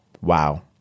Wow